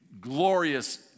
glorious